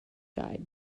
guide